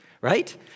right